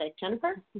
Jennifer